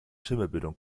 schimmelbildung